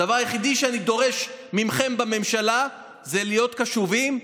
הדבר היחיד שאני דורש מכם בממשלה זה להיות קשובים,